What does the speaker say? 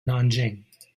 nanjing